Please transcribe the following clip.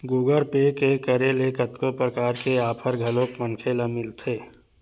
Google Pay के करे ले कतको परकार के आफर घलोक मनखे ल मिलथे